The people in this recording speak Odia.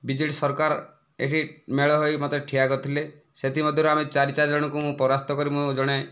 ବିଜେଡ଼ି ସରକାର ଏହି ମେଳ ହୋଇ ମୋତେ ଠିଆ କରିଥିଲେ ସେଥିମଧ୍ୟରୁ ଆମେ ଚାରି ଚାରି ଜଣଙ୍କୁ ମୁଁ ପରାସ୍ତ କରି ମୁଁ ଜଣେ